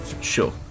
Sure